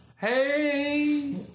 Hey